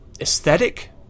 aesthetic